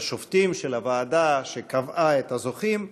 התשע"ז 2017,